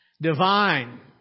divine